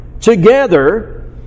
together